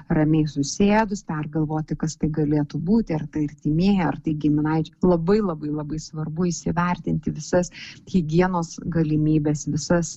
ramiai susėdus pergalvoti kas tai galėtų būti ar tai artimieji ar tai giminaičiai labai labai labai svarbu įsivertinti visas higienos galimybes visas